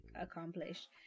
accomplished